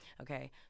okay